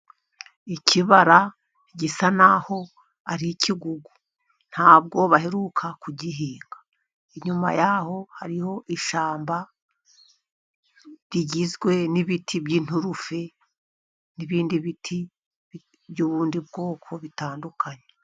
Ikibara gisa n'aho ari ikigugu, ntabwo baheruka kugihinga inyuma y'aho hariho ishyamba, rigizwe n'ibiti by'inturusu n'ibindi biti by'ubundi bwoko butandukanye.